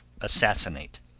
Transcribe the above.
assassinate